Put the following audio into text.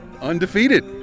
Undefeated